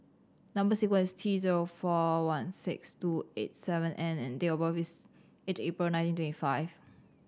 number sequence T zero four one six two eight seven N and date of birth is eight April nineteen twenty five